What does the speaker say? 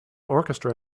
orchestra